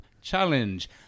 Challenge